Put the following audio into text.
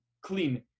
clean